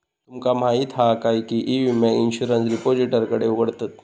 तुमका माहीत हा काय की ई विम्याक इंश्युरंस रिपोजिटरीकडे उघडतत